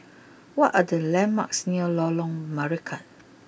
what are the landmarks near Lorong Marican